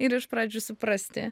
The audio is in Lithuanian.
ir iš pradžių suprasti